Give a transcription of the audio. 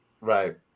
right